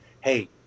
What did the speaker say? Hey